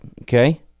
Okay